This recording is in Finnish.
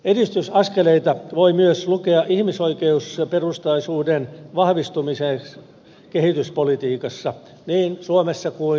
edistysaskeleeksi voi lukea myös ihmisoi keusperustaisuuden vahvistumisen kehityspolitiikassa niin suomessa kuin maailmanlaajuisesti